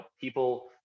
people